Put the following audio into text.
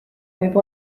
võib